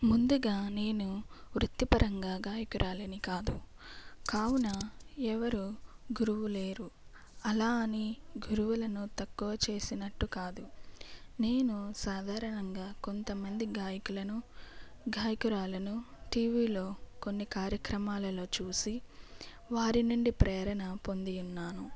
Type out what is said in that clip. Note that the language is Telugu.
ముందుగా నేను వృత్తి పరంగా గాయకురాలిని కాదు కావున ఎవరు గురువు లేరు అలా అని గురువులను తక్కువ చేసినట్టు కాదు నేను సాధారణంగా కొంత మంది గాయకులను గాయకురాలను టీవీలో కొన్ని కార్యక్రమాలలో చూసి వారి నుండి ప్రేరణ పొంది ఉన్నాను